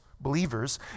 believers